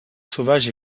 sauvage